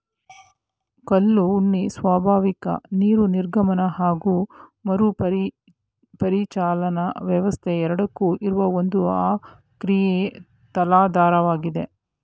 ಕಲ್ಲು ಉಣ್ಣೆ ಸ್ವಾಭಾವಿಕ ನೀರು ನಿರ್ಗಮನ ಹಾಗು ಮರುಪರಿಚಲನಾ ವ್ಯವಸ್ಥೆ ಎರಡಕ್ಕೂ ಇರುವ ಒಂದು ಅಕ್ರಿಯ ತಲಾಧಾರವಾಗಿದೆ